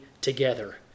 together